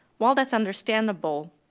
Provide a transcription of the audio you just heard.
while that's understandable,